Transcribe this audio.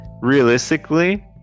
Realistically